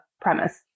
premise